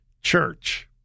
church